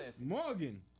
Morgan